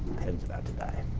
pen's about to die.